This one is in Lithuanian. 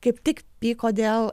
kaip pyko dėl